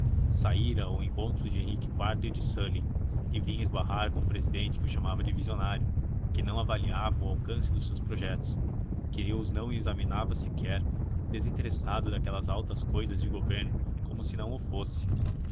saíra ao encontro de henrique iv e de sully e vinha esbarrar com um presidente que o chamava de visionário que não avaliava o alcance dos seus projetos que os não examinava sequer desinteressado daquelas altas cousas de governo como se não o fosse